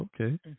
Okay